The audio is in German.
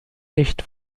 nicht